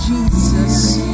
Jesus